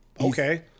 Okay